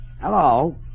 Hello